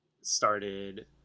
started